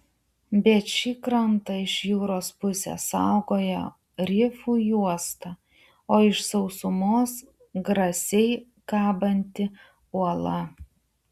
bet šį krantą iš jūros pusės saugojo rifų juosta o iš sausumos grasiai kabanti uola